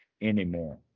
anymore